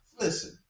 Listen